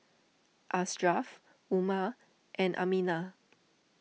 Ashraf Umar and Aminah